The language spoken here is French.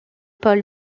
paul